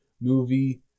movie